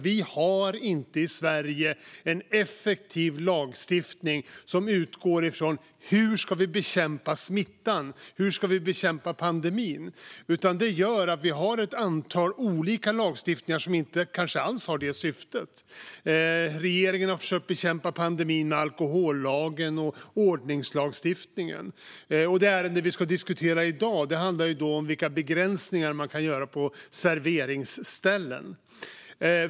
Vi har inte i Sverige en effektiv lagstiftning som utgår ifrån: Hur ska vi bekämpa smittan? Hur ska vi bekämpa pandemin? Vi har ett antal olika lagstiftningar som kanske inte alls har det syftet. Regeringen har försökt bekämpa pandemin med alkohollagen och ordningslagstiftningen. Det ärende vi ska diskutera i dag handlar om vilka begränsningar man kan göra på serveringsställen.